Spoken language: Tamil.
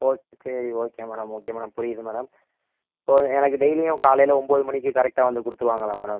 okay okay madam okay madam புரியுது மேடம் இப்போது எனக்கு டெய்லியும் காலையில் ஒன்போது மணிக்கு கரெக்டாக வந்து கொடுத்துருவாங்களா மேடம்